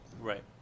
Right